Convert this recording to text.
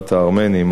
אדוני היושב-ראש,